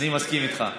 אני מסכים איתך.